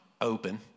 open